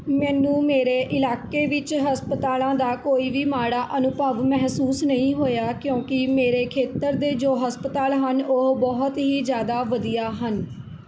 ਮੈਨੂੰ ਮੇਰੇ ਇਲਾਕੇ ਵਿੱਚ ਹਸਪਤਾਲ਼ਾਂ ਦਾ ਕੋਈ ਵੀ ਮਾੜਾ ਅਨੁਭਵ ਮਹਿਸੂਸ ਨਹੀਂ ਹੋਇਆ ਕਿਉਂਕਿ ਮੇਰੇ ਖੇਤਰ ਦੇ ਜੋ ਹਸਪਤਾਲ ਹਨ ਉਹ ਬਹੁਤ ਹੀ ਜ਼ਿਆਦਾ ਵਧੀਆ ਹਨ